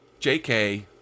JK